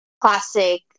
classic